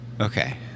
Okay